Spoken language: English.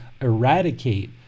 eradicate